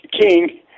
King